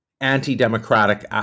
anti-democratic